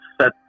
set